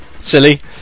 Silly